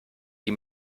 die